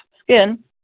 skin